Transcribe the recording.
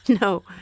No